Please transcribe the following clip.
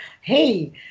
hey